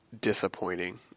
disappointing